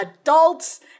adults